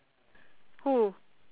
who